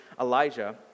Elijah